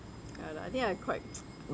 ya lah I think I quite